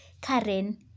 Karen